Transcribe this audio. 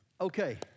Okay